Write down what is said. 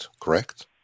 Correct